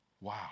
wow